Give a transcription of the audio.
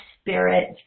spirit